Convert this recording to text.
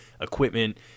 equipment